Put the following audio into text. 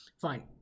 fine